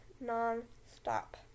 non-stop